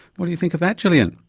what do you think of that gillian?